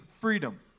freedom